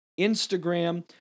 Instagram